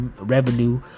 revenue